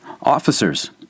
Officers